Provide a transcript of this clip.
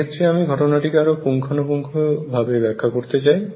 এক্ষেত্রে আমি ঘটনাটিকে আরো পুঙ্খানুপুঙ্খভাবে ব্যাখ্যা করতে চাই